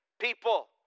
people